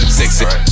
sexy